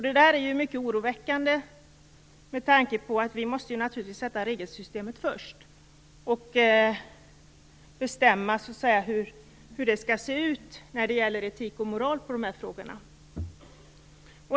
Detta är mycket oroväckande med tanke på att vi naturligtvis först måste skapa regelsystemet och bestämma hur det skall se ut när det gäller etik och moral i dessa frågor.